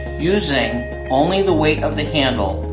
using only the weight of the handle,